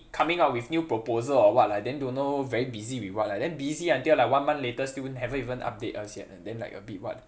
coming out with new proposal or what lah then don't know very busy with what lah then busy until like one month later still haven't even update us yet ah then like a bit what